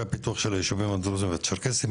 פיתוח של הישובים הדרוזים והצ'רקסיים.